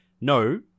no